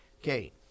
Okay